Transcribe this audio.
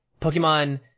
Pokemon